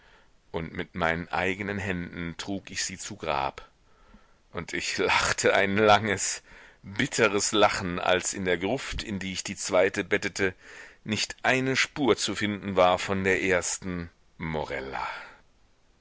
und mit meinen eigenen händen trug ich sie zu grab und ich lachte ein langes bitteres lachen als in der gruft in die ich die zweite bettete nicht eine spur zu finden war von der ersten morella